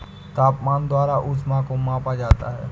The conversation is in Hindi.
तापमान द्वारा ऊष्मा को मापा जाता है